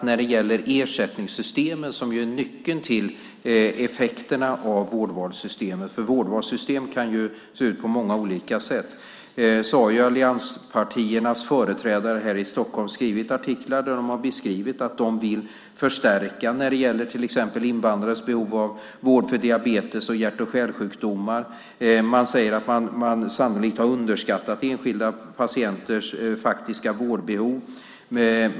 När det gäller ersättningssystemen som är nyckeln till effekterna av vårdvalssystemet - vårdvalssystem kan ju se ut på många olika sätt - har allianspartiernas företrädare här i Stockholm skrivit artiklar där de har beskrivit att de vill förstärka när det gäller till exempel invandrares behov av vård för diabetes och hjärt och kärlsjukdomar. Man säger att man sannolikt har underskattat enskilda patienters faktiska vårdbehov.